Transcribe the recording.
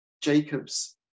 Jacob's